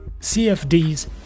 CFDs